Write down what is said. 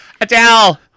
Adele